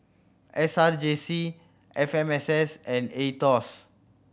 S R J C F M S S and Aetos